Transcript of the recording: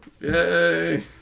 Yay